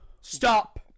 Stop